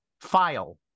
file